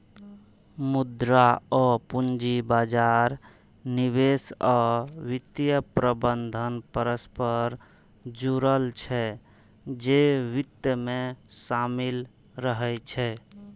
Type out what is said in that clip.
मुद्रा आ पूंजी बाजार, निवेश आ वित्तीय प्रबंधन परस्पर जुड़ल छै, जे वित्त मे शामिल रहै छै